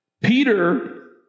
Peter